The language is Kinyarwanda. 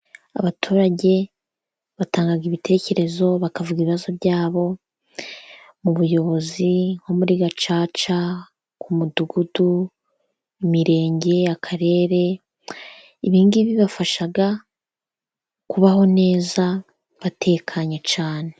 Abaturage batanga ibitekerezo bakavuga ibibazo byabo mu buyobozi nko muri gacaca, ku mudugudu, imirenge, akarere, ibingibi bibafasha kubaho neza batekanye cyane.